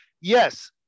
Yes